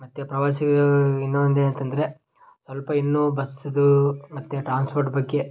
ಮತ್ತು ಪ್ರವಾಸಿಗ ಇನ್ನೊಂದು ಏನು ಅಂತಂದರೆ ಸ್ವಲ್ಪ ಇನ್ನೂ ಬಸ್ಸುದು ಮತ್ತು ಟ್ರಾನ್ಸ್ಪೋರ್ಟ್ ಬಗ್ಗೆ